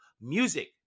music